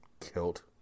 Kilt